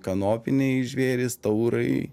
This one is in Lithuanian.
kanopiniai žvėrys taurai